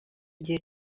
igihe